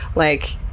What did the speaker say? like,